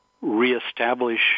reestablish